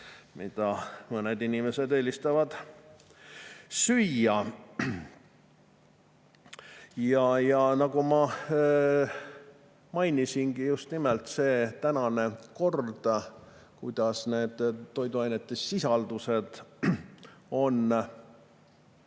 mida mõned inimesed eelistavad süüa. Nagu ma mainisin, just nimelt see tänane kord, kuidas toiduainete sisaldus on